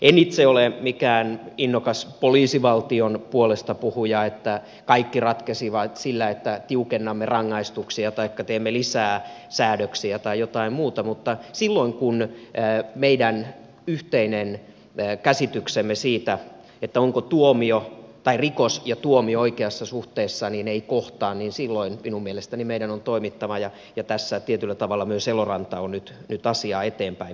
en itse ole mikään innokas poliisivaltion puolestapuhuja että kaikki ratkeaisi sillä että tiukennamme rangaistuksia taikka teemme lisää säädöksiä tai jotain muuta mutta silloin kun meidän yhteinen käsityksemme siitä ovatko rikos ja tuomio oikeassa suhteessa ei kohtaa minun mielestäni meidän on toimittava ja tässä tietyllä tavalla myös eloranta on nyt asiaa eteenpäin viemässä